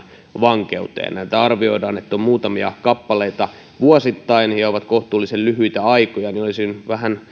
vankeuteen arvioidaan että näitä on muutamia kappaleita vuosittain ja ne ovat kohtuullisen lyhyitä aikoja olisin vähän